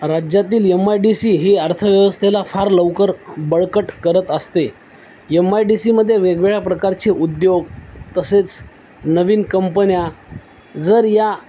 राज्यातील M I D C ही अर्थव्यवस्थेला फार लवकर बळकट करत असते यम आय डी सी मध्ये वेगवेगळ्या प्रकारचे उद्योग तसेच नवीन कंपन्या जर या